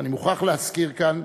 ואני מוכרח להזכיר כאן